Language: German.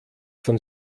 von